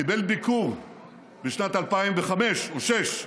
קיבל ביקור בשנת 2005 או 2006,